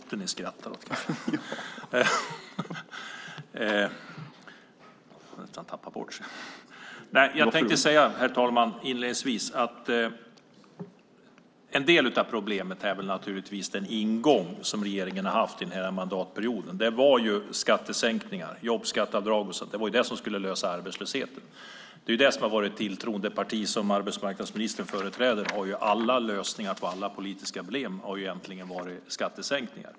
Fru talman! En del av problemet är den ingång som regeringen har haft under mandatperioden. Skattesänkningar och jobbskatteavdraget var det som skulle lösa arbetslösheten. Det har varit tron. För det parti som arbetsmarknadsministern företräder har alla lösningar på alla politiska problem varit skattesänkningar.